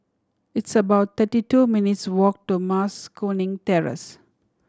it's about thirty two minutes' walk to Mas Kuning Terrace